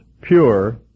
pure